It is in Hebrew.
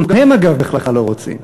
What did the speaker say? גם הם, אגב, בכלל לא רוצים.